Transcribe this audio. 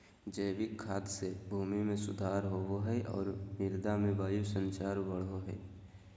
जैविक खाद से भूमि में सुधार होवो हइ और मृदा में वायु संचार बढ़ो हइ